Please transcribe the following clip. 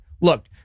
look